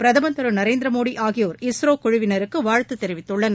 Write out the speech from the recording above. பிரதமர் திரு ந ரேந்திர மோடி ஆகியோர் இஸ்ரோ குழுவினருக்கு வாழ்த்து தெரிவித்துள்ளனர்